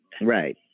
Right